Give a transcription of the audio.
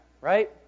Right